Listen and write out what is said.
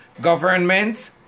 governments